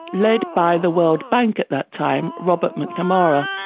led by the world bank at that time, robert mcnamara,